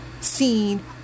seen